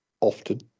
Often